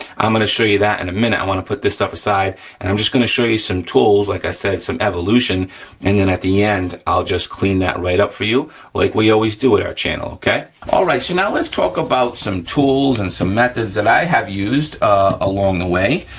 i'm gonna show you that in and a minute, i wanna put this stuff aside and i'm just gonna show you some tools like i said, some evolution and then at the end i'll just clean that right up for you like we always do at our channel, okay? all right so now let's talk about some tools and some methods that i have used along way.